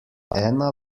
ena